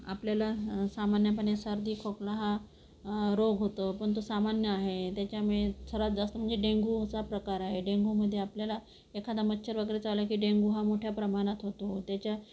आपल्याला सामान्यपणे सर्दी खोकला हा रोग होतो पण तो सामान्य आहे त्याच्यामुळे सर्वात जास्त हे डेंगूचा प्रकार आहे डेंगुमध्ये आपल्याला एखादा मच्छर वगैरे चावला की डेंगु हा मोठ्या प्रमाणात होतो त्याच्यात